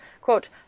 quote